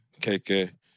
KK